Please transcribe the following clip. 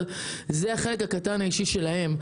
אבל זה החלק הקטן האישי שלהם.